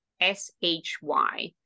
S-H-Y